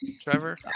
Trevor